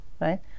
right